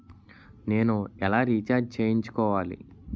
నేను ఎలా రీఛార్జ్ చేయించుకోవాలి?